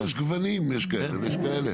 גם פה יש גוונים, יש כאלה ויש כאלה.